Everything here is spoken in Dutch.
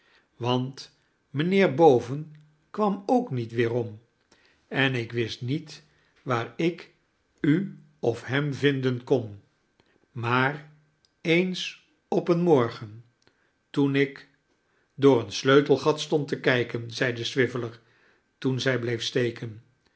want mijnheer boven kwam ook niet weerom en ik wist niet waar ik u of hem vinden kon maar eens op een morgen toen ik door een sleutelgat stond te kijken zeide swiveller toen zij bleef steken